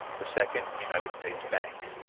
the second united states bank.